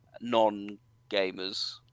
non-gamers